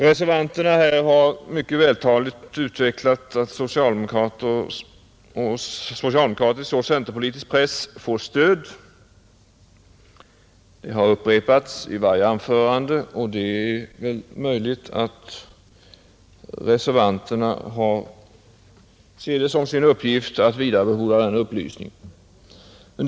Reservanterna har här mycket vältaligt utvecklat att socialdemokratisk och centerpolitisk press får stöd. Det har upprepats i varje anförande, och det är väl möjligt att reservanterna ser det som sin främsta uppgift att vidarebefordra den informationen. Men man missar poängen.